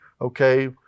okay